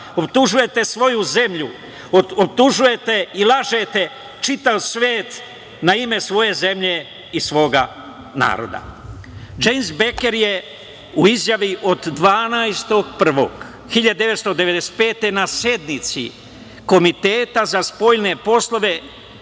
Optužujete svoju zemlju, optužujete i lažete čitav svet na ime svoje zemlje i svoga naroda. Džejms Beker je u izjavi od 12.1.1995. godine na sednici Komiteta za spoljne poslove